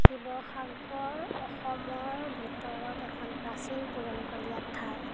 শিৱসাগৰ অসমৰ ভিতৰত এখন প্ৰাচীন পুৰণিকলীয়া ঠাই